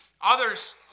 Others